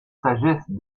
sagesse